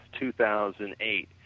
2008